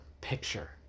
picture